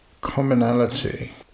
commonality